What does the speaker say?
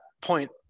point